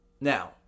Now